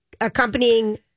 accompanying